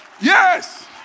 Yes